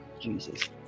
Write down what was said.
Jesus